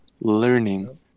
learning